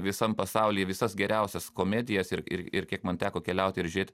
visam pasauly visas geriausias komedijas ir ir kiek man teko keliauti ir žiūrėt